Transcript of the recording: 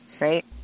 right